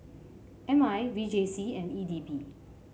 M I V J C and E D B